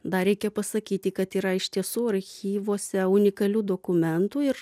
dar reikia pasakyti kad yra iš tiesų archyvuose unikalių dokumentų ir